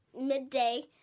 midday